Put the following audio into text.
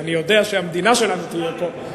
אני יודע שהמדינה שלנו תהיה פה.